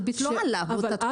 הריבית לא עלתה באותה תקופה.